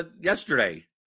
yesterday